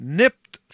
nipped